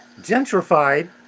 gentrified